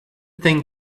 thing